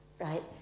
right